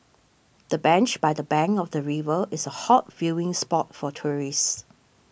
the bench by the bank of the river is a hot viewing spot for tourists